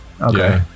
okay